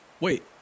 Wait